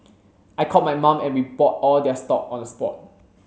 I called my mum and we bought all their stock on the spot